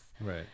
right